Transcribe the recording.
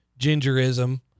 gingerism